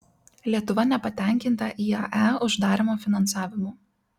lietuva nepatenkinta iae uždarymo finansavimu